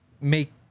make